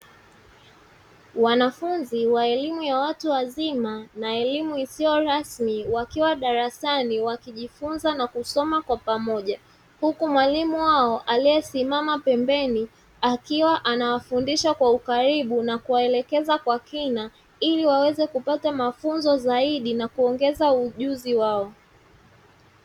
Wanafunzi wa elimu ya watu wazima na elimu isiyo rasmi wakiwa darasani wakijifunza na kusoma kwa pamoja, huku mwalimu wao aliyesimama pembeni akiwa anawafundisha kwa ukaribu na kuwafundisha kwa kina ili waweze kupata mafunzo zaidi na kuongeza ujuzi wao.